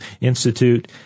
Institute